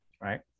right